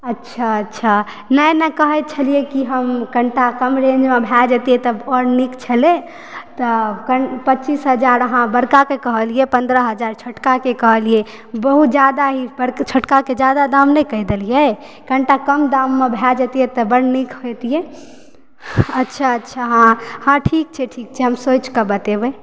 अच्छा अच्छा नहि नहि कहय छलियै कि कनिटा कम रेन्जमे भए जेतियै तऽ आओर नीक छलय तऽ पच्चीस हजार अहाँ बड़काके कहलियै पन्द्रह हजार छोटकाके कहलियै बहुत जादा ही छोटकाके ज्यादा दाम नहि कहि देलियै कनिटा कम दाममे भए जेतियै तऽ बड्ड नीक होइतियै अच्छा अच्छा हँ ठीक छै ठीक छै हम सोचिके बतेबय